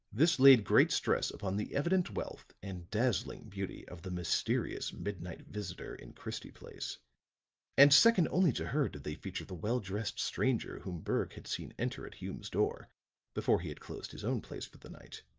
this laid great stress upon the evident wealth and dazzling beauty of the mysterious midnight visitor in christie place and second only to her did they feature the well-dressed stranger whom berg had seen enter at hume's door before he had closed his own place for the night.